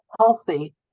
healthy